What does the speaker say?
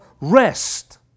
rest